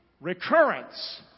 recurrence